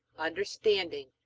understanding,